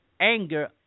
anger